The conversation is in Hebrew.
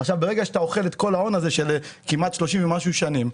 ברגע שאתה אוכל את כל ההון הזה של כמעט שלושים ומשהו שנים.